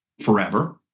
forever